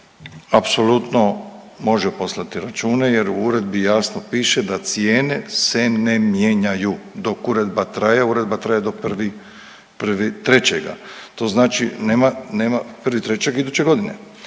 Apsolutno može poslati račune jer u uredbi jasno piše da cijene se ne mijenjaju, dok uredba traje, uredba traje do 1.3., to znači nema, nema, 1.3. iduće godine.